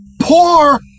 poor